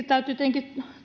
täytyy tietenkin